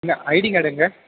இல்லை ID card எங்கே